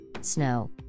snow